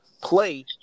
play